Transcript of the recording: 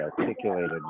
articulated